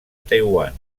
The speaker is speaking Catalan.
taiwan